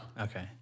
okay